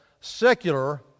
secular